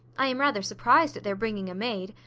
i am rather surprised at their bringing a maid.